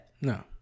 No